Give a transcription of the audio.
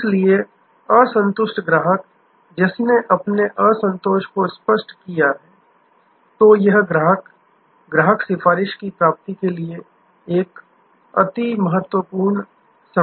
इसलिए असंतुष्ट ग्राहक जिसने अपने असंतोष को स्पष्ट किया है तो यह ग्राहक ग्राहक सिफारिश की प्राप्ति के लिए एक अति महत्वपूर्ण संपत्ति है